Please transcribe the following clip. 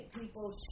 people